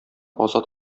азат